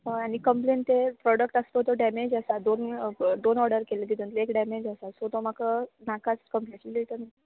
हय आनी कंप्लेन ते प्रॉडक्ट आस प तो डॅमेज आसा दोन दोन ऑडर केल्ले तितुंतले एक डॅमेज आसा सो तो म्हाका नाका रिटन